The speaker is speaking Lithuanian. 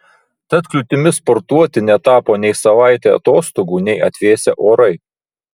tad kliūtimi sportuoti netapo nei savaitė atostogų nei atvėsę orai